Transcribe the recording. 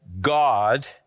God